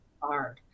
hard